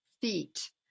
feet